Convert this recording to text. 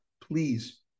please